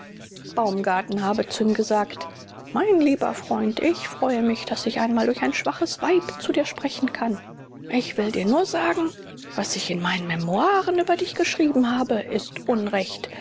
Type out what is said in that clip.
baumgarten habe zu ihm gesagt mein lieber freund ich freue mich daß ich einmal durch ein schwaches weib zu dir sprechen kann ich will dir nur sagen was ich in meinen memoiren über dich geschrieben habe ist unrecht